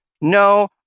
No